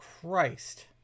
Christ